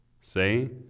Say